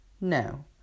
No